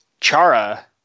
Chara